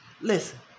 listen